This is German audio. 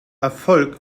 erfolg